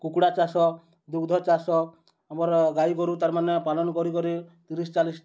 କୁକୁଡ଼ା ଚାଷ ଦୁଗ୍ଧ ଚାଷ ଆମର୍ ଗାଈ ଗୋରୁ ତା'ର୍ମାନେ ପାଲନ୍ କରିକରି ତିରିଶ ଚାଳିଶ